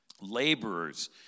laborers